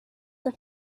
the